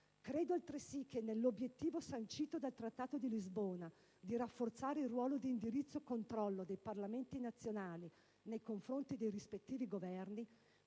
del perseguimento dell'obiettivo sancito dal Trattato di Lisbona di rafforzare il ruolo di indirizzo e controllo dei Parlamenti nazionali nei confronti dei rispettivi Governi,